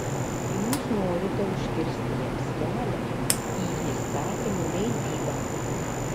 jūs norite užkirsti jiems kelią į įstatymų leidybą